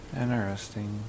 Interesting